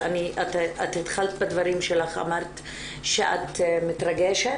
את התחלת בדברים שלך, אמרת שאת מתרגשת.